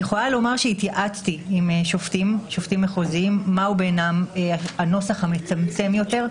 התייעצתי עם שופטים מחוזיים מהו בעינם הנוסח המצמצם יותר.